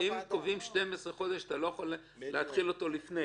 אם קובעים 12 חודשים, אתה לא יכול להתחיל לפני.